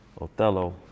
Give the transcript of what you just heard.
Othello